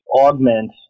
augment